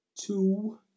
two